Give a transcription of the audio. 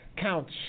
counts